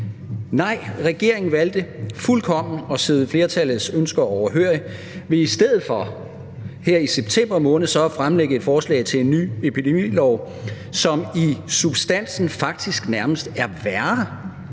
Nej, regeringen valgte fuldkommen at sidde flertallets ønsker overhørig ved i stedet for her i september måned så at fremlægge et forslag til en ny epidemilov, som i substansen faktisk nærmest er værre